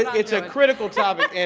it's a critical topic. and